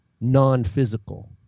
non-physical